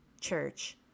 church